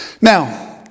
Now